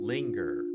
Linger